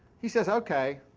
he says okay,